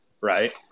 right